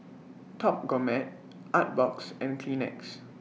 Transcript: Top Gourmet Artbox and Kleenex